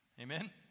Amen